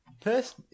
first